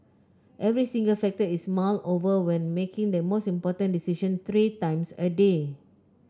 every single factor is mulled over when making the most important decision three times a day